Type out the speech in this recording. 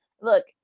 look